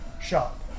Shop